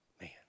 Man